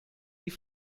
die